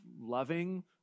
loving